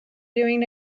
doing